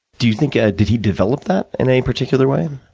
do you think, yeah did he develop that, in any particular way?